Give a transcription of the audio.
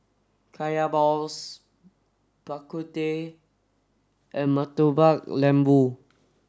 Kaya Balls Bak Kut Teh and Murtabak Lembu